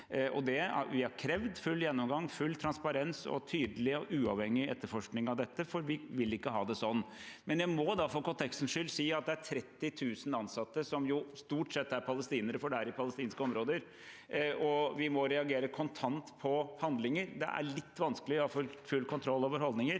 Vi har krevd full gjennomgang, full transparens og en tydelig og uavhengig etterforskning av dette, for vi vil ikke ha det sånn. Jeg må for kontekstens skyld si at det er 30 000 ansatte, og de er stort sett palestinere, for det er i palestinske områder. Vi må reagere kontant på handlinger. Holdninger er det litt vanskelig å ha full kontroll over. Vi er